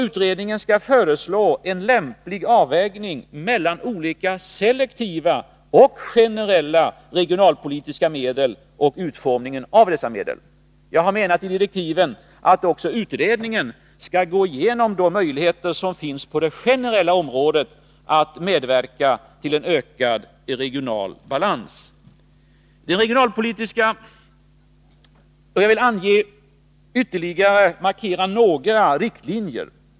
Utredningen skall föreslå en lämplig avvägning mellan olika selektiva och generella regionalpolitiska medel och utformningen av dessa medel. Jag har i direktiven framhållit att utredningen också skall gå igenom de möjligheter som finns på det generella området att medverka till en ökad regional balans. Jag vill ytterligare markera några riktlinjer.